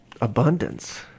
abundance